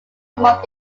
month